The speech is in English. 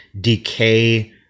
decay